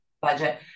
budget